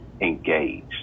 engaged